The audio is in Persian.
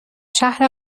شهر